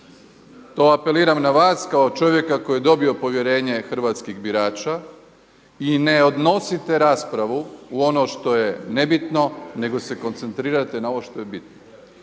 To apeliram na vas kao čovjeka koji je dobio povjerenje hrvatskih birača i ne odnosite raspravu u ono što je nebitno, nego se koncentrirajte na ovo što je bitno.